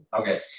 okay